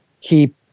keep